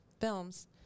films